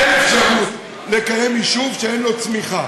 אין אפשרות לקיים יישוב שאין בו צמיחה.